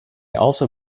also